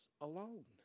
alone